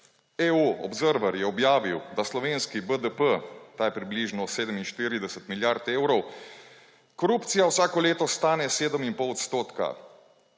EUobserver je objavil, da slovenski BDP, ta je približno 47 milijard evrov, korupcija vsako leto stane 7,5 %,